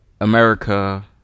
America